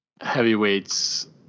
Heavyweight's